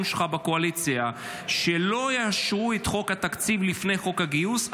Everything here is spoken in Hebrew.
שלך בקואליציה שלא יאשרו את חוק התקציב לפני חוק הגיוס,